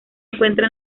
encuentra